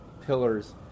pillars